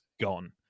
gone